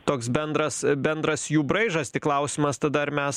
toks bendras bendras jų braižas tik klausimas tada ar mes